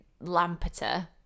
Lampeter